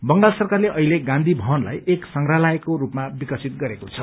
बंगाल सरकारले अहिले गाँधी भवनलाई एक संग्रहालयको रूपमा विकसित गरेको छ